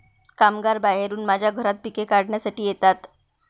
कामगार बाहेरून माझ्या घरात पिके काढण्यासाठी येतात